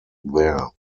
there